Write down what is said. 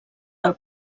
del